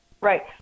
Right